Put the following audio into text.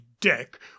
deck